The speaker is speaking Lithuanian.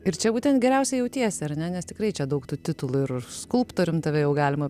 ir čia būtent geriausiai jautiesi ar ne nes tikrai čia daug tų titulų ir skulptorium tave jau galima